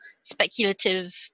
speculative